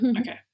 okay